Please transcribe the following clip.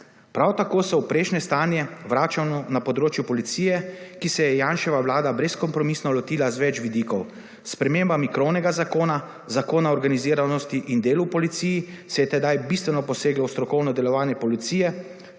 Prav tako se v prejšnje stanje vračamo na področju policije, ki se je je Janševa Vlada brezkompromisno lotila z več vidikov, s spremembami krovnega zakona, Zakona o organiziranosti in delu v policiji se je tedaj bistveno poseglo v strokovno delovanje policije